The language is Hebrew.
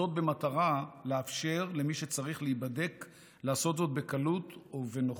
זאת במטרה לאפשר למי שצריך להיבדק לעשות זאת בקלות ובנוחות.